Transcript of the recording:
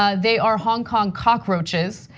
ah they are hong kong cockroaches.